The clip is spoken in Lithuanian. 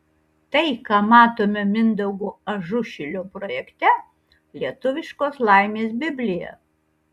tai ką matome mindaugo ažušilio projekte lietuviškos laimės biblija